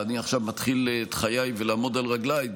ואני עכשיו מתחיל את חיי ומתחיל לעמוד על רגליי,